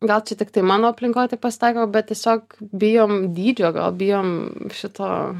gal čia tiktai mano aplinkoj taip pasitaiko bet tiesiog bijom dydžio gal bijom šito